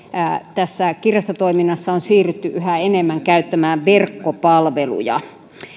tässä kirjastotoiminnassa on siirrytty yhä enemmän käyttämään verkkopalveluja